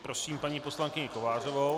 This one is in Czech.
Prosím paní poslankyni Kovářovou.